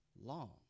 long